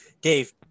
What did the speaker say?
dave